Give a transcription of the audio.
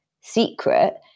secret